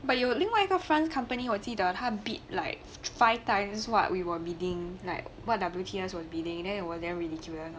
but 有另外一个 fund company 我记得他 bid like five times what we were bidding like what w t 那时候 bidding then it was very ridiculous